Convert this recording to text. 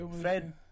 Fred